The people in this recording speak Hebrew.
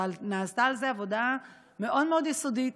ונעשתה על זה עבודה מאוד מאוד יסודית,